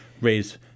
raise –